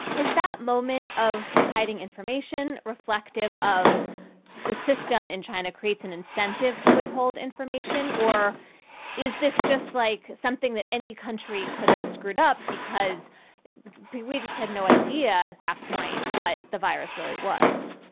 is that moment of hiding information reflective of the system in china creates an incentive to withhold information? or is this just like something that any country could have screwed up because we just had no idea at that point what the virus really was?